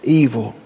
evil